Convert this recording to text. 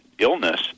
Illness